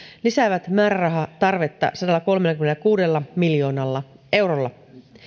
lisäävät määrärahatarvetta sadallakolmellakymmenelläkuudella miljoonalla eurolla